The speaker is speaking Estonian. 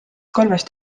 kolmest